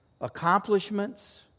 accomplishments